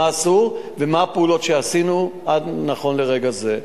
מה אסור ומה הפעולות שעשינו עד לרגע זה.